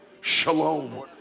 Shalom